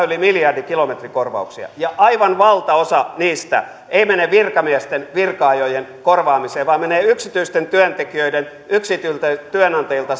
yli miljardi kilometrikorvauksia ja aivan valtaosa niistä ei mene virkamiesten virka ajojen korvaamiseen vaan menee yksityisten työntekijöiden yksityisiltä työnantajilta